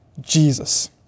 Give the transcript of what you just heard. Jesus